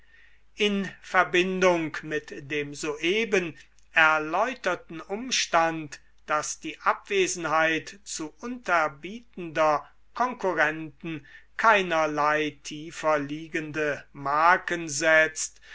in verbindung mit dem soeben erläuterten umstand daß die abwesenheit zu unterbietender konkurrenten keinerlei tiefer liegende marken setzt